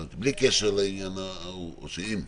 בלי קשר לעניין ההוא או שעם?